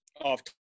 off